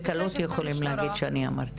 וברור שיש הרגשת חוסר ביטחון,